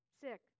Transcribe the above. sick